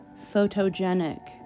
Photogenic